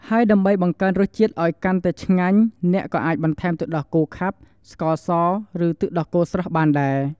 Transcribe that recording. ហើយដើម្បីបង្កើនរសជាតិឱ្យកាន់តែឆ្ងាញ់ អ្នកក៏អាចបន្ថែមទឹកដោះគោខាប់ ស្ករស ឬទឹកដោះគោស្រស់បានដែរ។